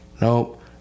nope